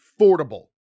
affordable